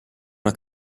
una